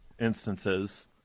instances